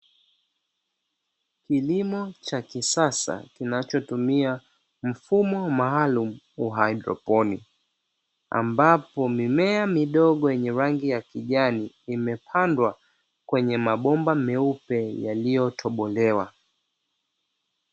Kilimo cha kisasa kinachotumia mfumo maalumu wa haidroponi, ambapo mimea midogo yenye rangi ya kijani imepandwa kwenye mabomba meupe yaliyotobolewa.